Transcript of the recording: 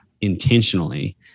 intentionally